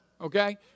okay